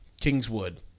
Kingswood